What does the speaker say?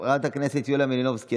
חברת הכנסת יוליה מלינובסקי,